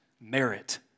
merit